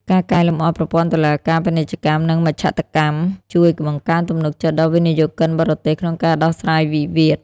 ការកែលម្អប្រព័ន្ធតុលាការពាណិជ្ជកម្ម និងមជ្ឈត្តកម្ម ជួយបង្កើនទំនុកចិត្តដល់វិនិយោគិនបរទេសក្នុងការដោះស្រាយវិវាទ។